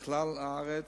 בכלל הארץ,